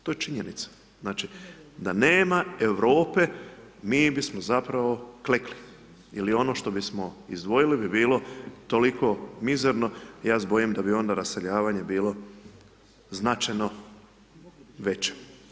To je činjenica, znači, da nema Europe, mi bismo kleknuli ili ono što bismo izdvojili bi bilo toliko mizerno, ja se bojim da bi onda raseljavanje bilo značajno veće.